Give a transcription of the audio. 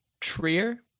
Trier